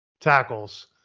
tackles